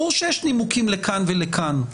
ברור שיש נימוקים לכאן ולכאן,